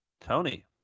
Tony